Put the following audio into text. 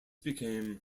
became